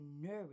nourish